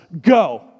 go